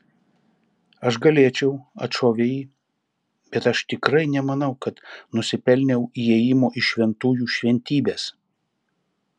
aš galėčiau atšovė ji bet aš tikrai nemanau kad nusipelniau įėjimo į šventųjų šventybes